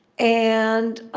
and